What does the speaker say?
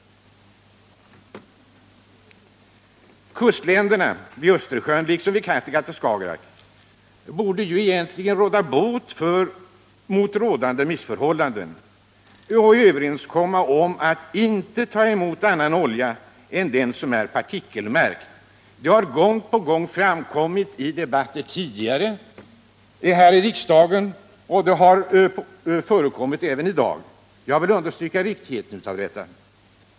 Kustländerna vid Östersjön liksom vid Kattegatt och Skagerak borde, för att råda bot på rådande missförhållanden, överenskomma att inte ta emot annan olja än sådan som är partikelmärkt. Detta har gång på gång framkommit i debatter tidigare här i riksdagen och det har framförts även i dag. Jag vill understryka vikten av detta.